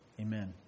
Amen